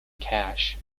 cash